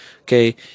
Okay